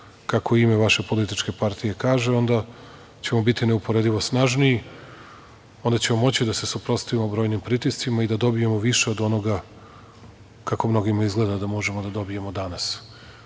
kako ime vaše političke partije kaže onda ćemo biti neuporedivo snažniji, onda ćemo moći da se suprotstavimo brojnim pritiscima i da dobijemo više od onoga kako mnogima izgleda da možemo da dobijemo danas. Zato